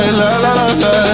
la-la-la-la